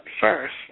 first